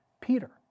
Peter